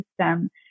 system